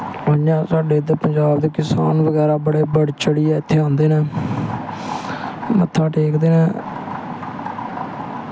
इयां साढ़े इत्थें पंजाब दे किसान बड़े बढ़ी चढ़ियै इत्थें ओंदे न मत्था टेकदे नै